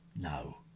No